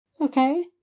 Okay